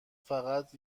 فقط